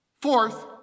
Fourth